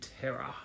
terror